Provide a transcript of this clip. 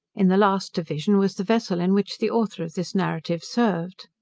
in the last division was the vessel, in which the author of this narrative served.